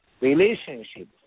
Relationship